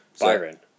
Byron